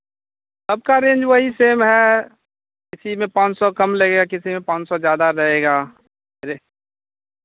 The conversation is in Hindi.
सबका रेंज वही सेम है किसी में पाँच सौ कम लगेगा किसी में पाँच सौ ज़्यादा रहेगा रहे